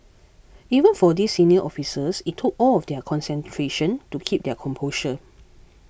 even for these senior officers it took all of their concentration to keep their composure